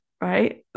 right